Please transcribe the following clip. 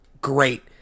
Great